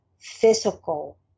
physical